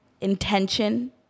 intention